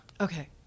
Okay